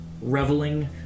reveling